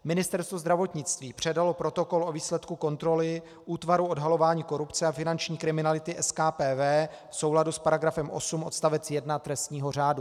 Ministerstvo zdravotnictví předalo protokol o výsledku kontroly Útvaru odhalování korupce a finanční kriminality SKPV v souladu s § 8 odstavec 1 trestního řádu.